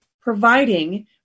providing